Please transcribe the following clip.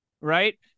right